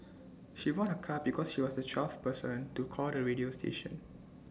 she won A car because she was the twelfth person to call the radio station